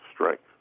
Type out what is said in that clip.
Strength